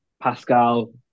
Pascal